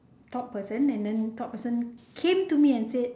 top person and then top person came to me and said